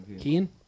Keen